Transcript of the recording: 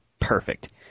perfect